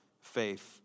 faith